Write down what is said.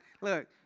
Look